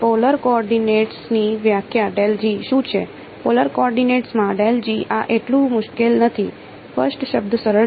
polar કોઓર્ડિનેટ્સની વ્યાખ્યા શું છે પોલાર કોઓર્ડિનેટ્સ માં આ એટલું મુશ્કેલ નથી ફર્સ્ટ શબ્દ સરળ છે